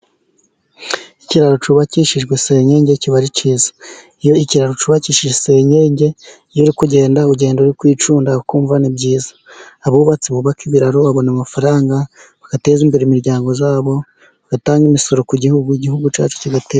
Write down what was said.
Ikiraro cy'ubakishijwe senyenge kiba ari cyiza, iyo ikiraro cyubakishijwe senyenge iyo uri kugenda, ugenda uri kwicunda ukumva ni byiza, abubatsi bubaki ibiraro babona amafaranga, bagateza imbere imiryango yabo, bagatange imisoro ku gihugu, igihugu cyacu cy'igatera imbere.